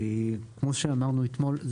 כמו שאמרנו אתמול,